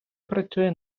працює